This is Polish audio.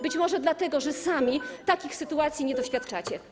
Być może dlatego, że sami takich sytuacji nie doświadczacie.